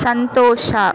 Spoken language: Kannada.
ಸಂತೋಷ